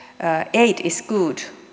aid is good